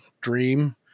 dream